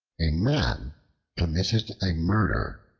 a man committed a murder,